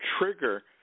trigger